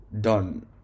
done